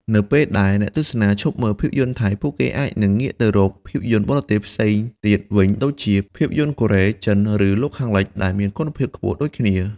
នៅពេលដែលអ្នកទស្សនាឈប់មើលភាពយន្តថៃ ពួកគេអាចនឹងងាកទៅរកភាពយន្តបរទេសផ្សេងទៀតវិញដូចជា ភាពយន្តកូរ៉េ ចិន ឬលោកខាងលិច ដែលមានគុណភាពខ្ពស់ដូចគ្នា។